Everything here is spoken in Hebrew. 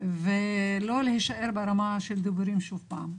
ולא להישאר ברמה של דיבורים שוב פעם.